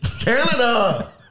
Canada